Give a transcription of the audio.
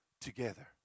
together